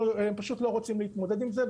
הם פשוט לא רוצים להתמודד עם זה,